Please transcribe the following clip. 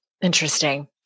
Interesting